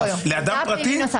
--- לאדם פרטי?